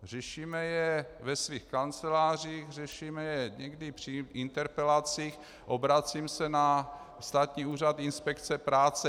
Řešíme je ve svých kancelářích, řešíme je někdy při interpelacích, obracím se na Státní úřad inspekce práce.